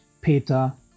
Peter